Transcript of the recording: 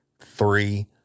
three